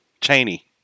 Cheney